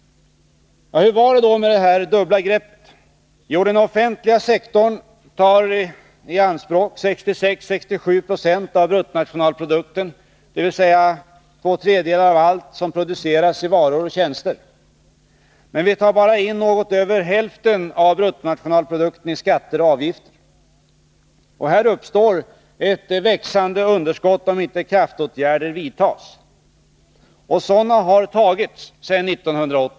Hur var det då med det dubbla greppet? Jo, den offentliga sektorn tar i anspråk 66-67 70 av BNP, dvs. två tredjedelar av allt som produceras i varor och tjänster. Men vi tar bara in något över hälften av BNP i skatter och avgifter. Här uppstår ett växande underskott om inte kraftåtgärder vidtas. Och sådana har tagits sedan 1980.